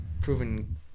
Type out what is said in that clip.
proven